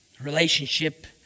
relationship